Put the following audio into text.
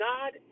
God